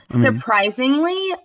Surprisingly